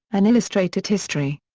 an illustrated history.